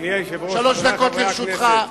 שלוש דקות לרשותך.